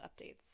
updates